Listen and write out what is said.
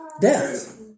Death